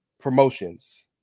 promotions